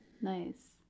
Nice